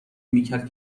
میکرد